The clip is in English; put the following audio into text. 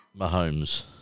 Mahomes